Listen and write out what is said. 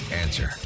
Answer